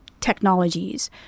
technologies